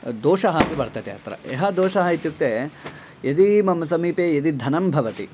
दोषः अपि वर्तते अत्र यः दोषः इत्युक्ते यदि मम समीपे यदि धनं भवति